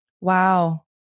Wow